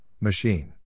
machine